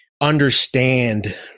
understand